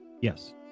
Yes